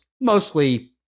mostly